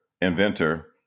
inventor